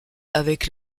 avec